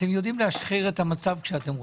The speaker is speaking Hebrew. אתם יודעים להשחיר את המצב כשאתם רוצים.